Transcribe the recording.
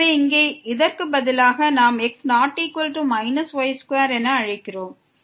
இங்கே இதற்கு பதிலாக நாம் x≠ y2 என அழைக்கிறோம்